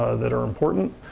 ah that are important.